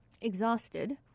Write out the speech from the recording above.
exhausted